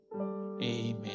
Amen